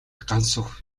гансүх